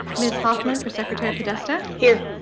ms. hoffman for secretary podesta. here.